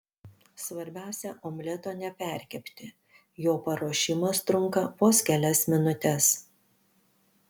svarbiausia omleto neperkepti jo paruošimas trunka vos kelias minutes